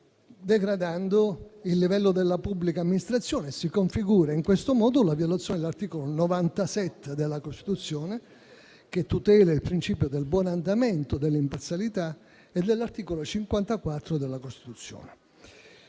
degradando il livello della pubblica amministrazione. Si configura in questo modo la violazione dell'articolo 97 della Costituzione, che tutela il principio del buon andamento e dell'imparzialità, e dell'articolo 54 della Costituzione.